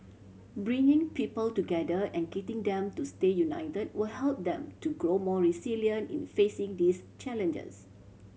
bringing people together and getting them to stay unit will help them to grow more resilient in facing these challenges